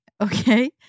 okay